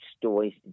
stories